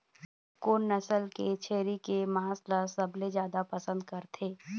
कोन नसल के छेरी के मांस ला सबले जादा पसंद करथे?